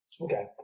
Okay